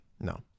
No